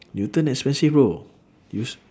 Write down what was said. newton expensive bro you s~